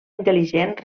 intel·ligent